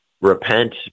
repent